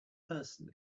person